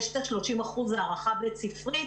יש את ה-30% הערכה בית-ספרית